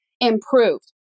improved